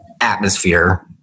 atmosphere